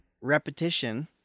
repetition